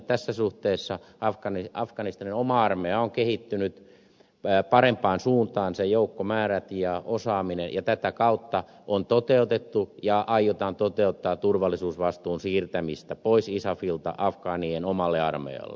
tässä suhteessa afganistanin oma armeija on kehittynyt parempaan suuntaan sen joukkomäärät ja osaaminen ja tätä kautta on toteutettu ja aiotaan toteuttaa turvallisuusvastuun siirtämistä pois isafilta afgaanien omalle armeijalle